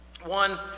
One